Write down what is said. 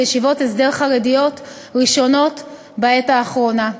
ישיבות הסדר חרדיות ראשונות בעת האחרונה.